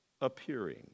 appearing